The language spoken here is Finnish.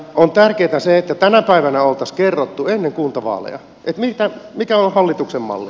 on tärkeätä se että tänä päivänä olisi kerrottu ennen kuntavaaleja mikä on hallituksen malli